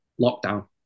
lockdown